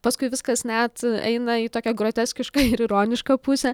paskui viskas net eina į tokią groteskišką ir ironišką pusę